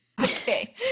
Okay